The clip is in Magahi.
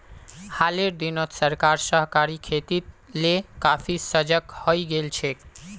हालेर दिनत सरकार सहकारी खेतीक ले काफी सजग हइ गेल छेक